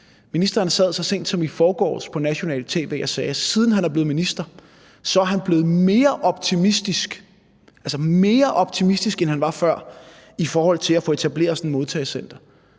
Ministeren sad så sent som i forgårs på nationalt tv og sagde, at siden han er blevet minister, er han blevet mere optimistisk – altså mere optimistisk – end han var før, i forhold til at få etableret sådan et modtagecenter.